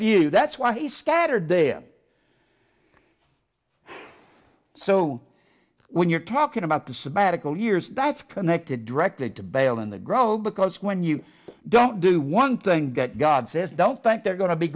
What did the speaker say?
you that's why he scattered them so when you're talking about the sabbatical years that's connected directed to bail in the grow because when you don't do one thing god says don't think they're going to be